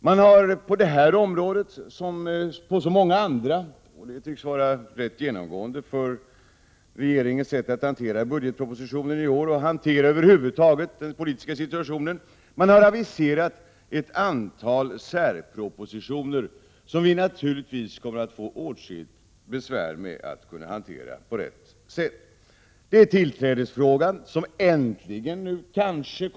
Man har på detta område, som på så många andra områden, aviserat ett antal särpropositioner, som vi naturligtvis kommer att få besvär med att kunna hantera på rätt sätt. Detta tycks vara genomgående för regeringens sätt att hantera budgetpropositionen i år och att över huvud taget hantera den politiska situationen. Tillträdesfrågan kommer nu kanske äntligen att tas upp.